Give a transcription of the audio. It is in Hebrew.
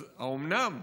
אז האומנם?